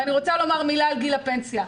אני רוצה לומר מילה על גיל הפנסיה.